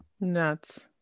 nuts